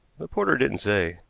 the porter didn't say.